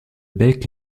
bec